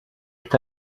est